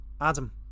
adam